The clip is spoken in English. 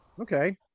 Okay